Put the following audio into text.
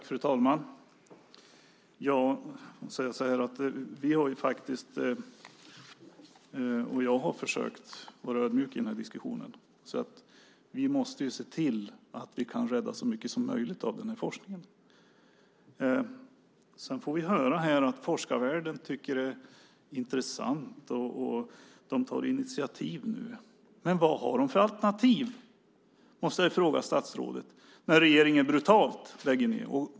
Fru talman! Jag har försökt vara ödmjuk i den här diskussionen. Vi måste se till att vi kan rädda så mycket som möjligt av den här forskningen. Så får vi höra här att forskarvärlden tycker att det här är intressant och tar initiativ. Men jag måste fråga statsrådet vad de har för alternativ när regeringen nu brutalt lägger ned det.